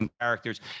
characters